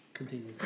Continue